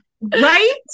right